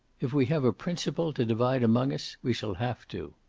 if we have a principle to divide among us we shall have to.